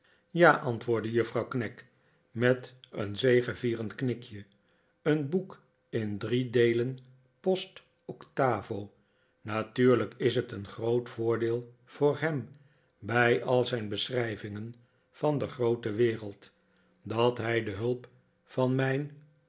ja antwoordde juffrouw knag met een zegevierend knikje een boek in drie deelen postoctavo natuurlijk is het een groot voordeel voor hem bij al zijn beschrijvingen van de groote wereld dat hij de hulp van mijn